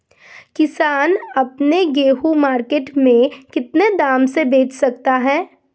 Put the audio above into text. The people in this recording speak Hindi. किसान अपना गेहूँ मार्केट में कितने दाम में बेच सकता है?